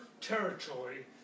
territory